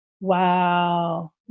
Wow